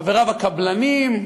חבריו הקבלנים,